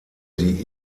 die